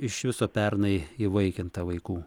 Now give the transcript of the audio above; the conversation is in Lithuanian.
iš viso pernai įvaikinta vaikų